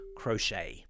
crochet